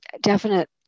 definite